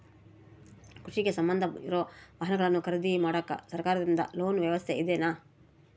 ಕೃಷಿಗೆ ಸಂಬಂಧ ಇರೊ ವಾಹನಗಳನ್ನು ಖರೇದಿ ಮಾಡಾಕ ಸರಕಾರದಿಂದ ಲೋನ್ ವ್ಯವಸ್ಥೆ ಇದೆನಾ?